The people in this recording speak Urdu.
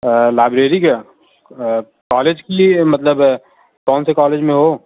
لائبریری کیا کالج کے لیے مطلب کون سے کالج میں ہو